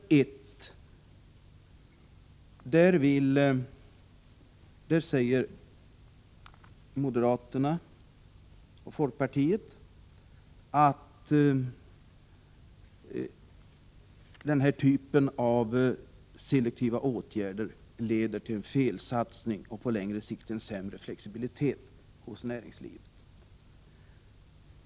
I reservation 1 anför moderaterna och folkpartiet att den här typen av selektiva åtgärder leder till felsatsningar och på längre sikt till en sämre flexibilitet hos näringslivet.